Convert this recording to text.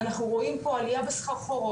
אנחנו רואים פה עלייה בסחרחורות,